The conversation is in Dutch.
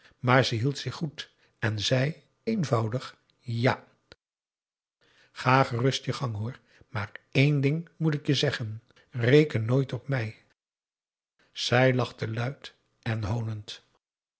maar ze hield zich goed en zei eenvoudig ja ga gerust je gang hoor maar één ding moet ik je zeggen reken nooit op mij zij lachte luid en honend